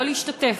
לא להשתתף,